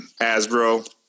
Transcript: Asbro